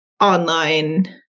online